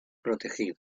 protegido